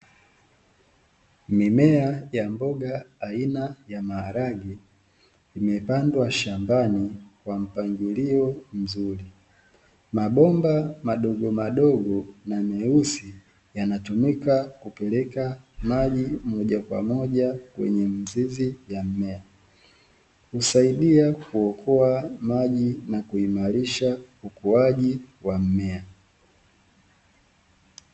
Mimea ya mboga aina ya maharage, imepandwa shambani kwa mpangilio mzuri. Mabomba madogomadogo na meusi yanatumika kupeleka maji moja kwa moja kwenye mizizi ya mimea, husaidia kuokoa maji na kuimarishira ukuaji wa mmea.